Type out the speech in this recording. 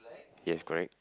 yes correct